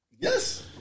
Yes